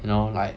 you know like